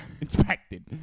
inspected